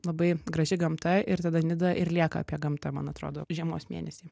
labai graži gamta ir tada nida ir lieka apie gamtą man atrodo žiemos mėnesį